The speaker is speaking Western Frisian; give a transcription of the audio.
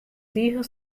tige